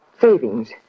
savings